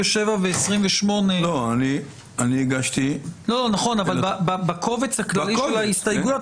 28. בקובץ הכללי של ההסתייגויות,